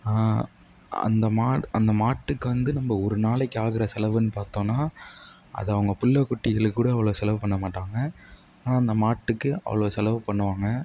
அந்த மாடு அந்த மாட்டுக்கு வந்து நம்ம ஒரு நாளைக்கு ஆகிற செலவுன்னு பார்த்தோம்னா அது அவங்க பிள்ள குட்டிகளுக்கு கூட அவ்வளோ செலவு பண்ண மாட்டாங்க ஆனால் அந்த மாட்டுக்கு அவ்வளோ செலவு பண்ணுவாங்க